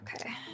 Okay